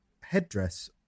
headdress